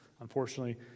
Unfortunately